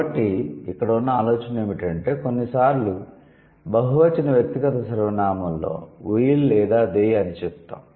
కాబట్టి ఇక్కడ ఉన్న ఆలోచన ఏమిటంటే కొన్నిసార్లు బహువచన వ్యక్తిగత సర్వనామంలో 'వుయ్ లేదా దే' అని చెప్తాము